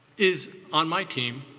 is on my team,